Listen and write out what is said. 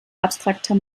abstrakter